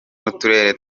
n’uturere